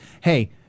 hey